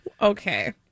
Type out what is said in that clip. Okay